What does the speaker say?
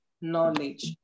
knowledge